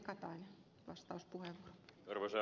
arvoisa rouva puhemies